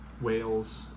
whales